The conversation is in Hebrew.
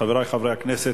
חברי חברי הכנסת,